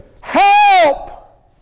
Help